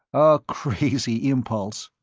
a crazy impulse.